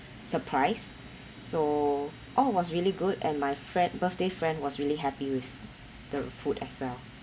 surprise so all was really good and my friend birthday friend was really happy with the food as well